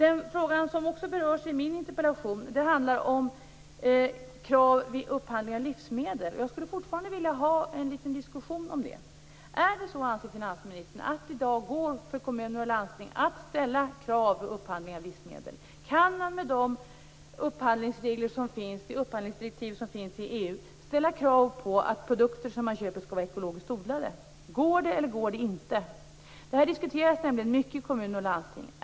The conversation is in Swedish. En fråga som också berörs i min interpellation handlar om krav vid upphandling av livsmedel. Jag skulle fortfarande vilja ha en liten diskussion om det. Anser finansministern att kommuner och landsting i dag kan ställa krav vid upphandling av livsmedel? Kan man med de upphandlingsdirektiv som finns i EU ställa krav på att produkter som man köper skall vara ekologiskt odlade? Går det eller går det inte? Detta diskuteras nämligen mycket i kommuner och landsting.